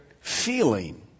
feeling